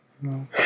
No